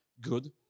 good